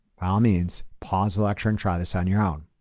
by all means pause the lecture and try this on your own.